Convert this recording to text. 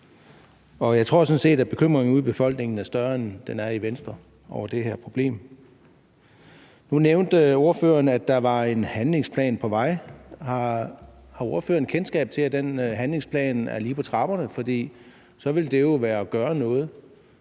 set, at bekymringen ude i befolkningen over det her problem er større, end den er i Venstre. Nu nævnte ordføreren, at der var en handlingsplan på vej. Har ordføreren kendskab til, at den handlingsplan er lige på trapperne? For så vil det jo være at gøre noget.